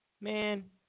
man